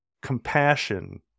compassion